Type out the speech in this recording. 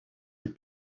les